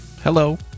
Hello